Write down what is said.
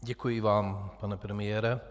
Děkuji vám, pane premiére.